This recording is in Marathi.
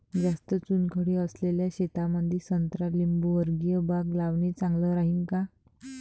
जास्त चुनखडी असलेल्या शेतामंदी संत्रा लिंबूवर्गीय बाग लावणे चांगलं राहिन का?